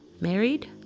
Married